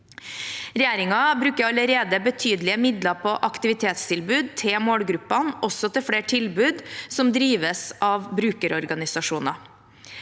Regjeringen bruker allerede betydelige midler på aktivitetstilbud til målgruppene, også til flere tilbud som drives av brukerorganisasjoner.